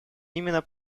именно